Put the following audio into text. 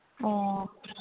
ꯑꯣ